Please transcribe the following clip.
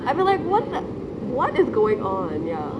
I mean like [what] the what is going on ya